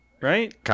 right